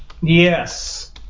Yes